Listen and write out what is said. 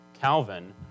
Calvin